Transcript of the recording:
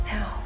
Now